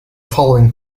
following